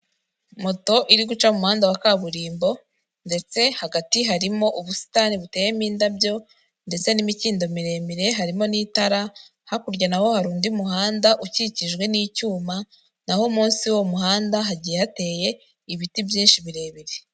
Moto iri guca mu muhanda wa kaburimbo ndetse hagati harimo ubusitani buteyemo indabyo ndetse n'imikindo miremire harimo n'itara. Hakurya naho hari undi muhanda ukikijwe n'icyuma, naho munsi y'uwo muhanda hagiye hateye ibiti byinshi birebire.